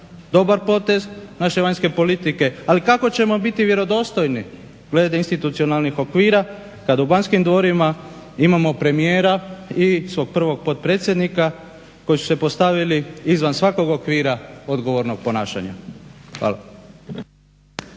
dobar potez naše vanjske politike. Ali kako ćemo biti vjerodostojni glede institucionalnih okvira kada u Banskim Dvorima imamo premijera i svog prvog potpredsjednika koji su se postavili izvan svakog okvira odgovornog ponašanja. Hvala.